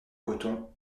coton